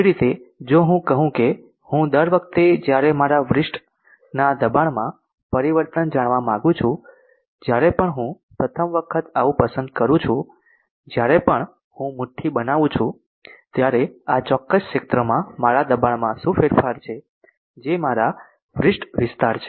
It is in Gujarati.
કેવી રીતે જો હું કહું કે હું દર વખતે જ્યારે મારા વ્રીસ્ટ ના દબાણમાં પરિવર્તન જાણવા માંગું છું જ્યારે પણ હું પ્રથમ વખત આવું પસંદ કરું છું જ્યારે પણ હું મુઠ્ઠી બનાવું છું ત્યારે આ ચોક્કસ ક્ષેત્રમાં મારા દબાણમાં શું ફેરફાર છે જે મારા વ્રીસ્ટ વિસ્તાર છે